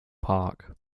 park